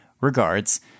Regards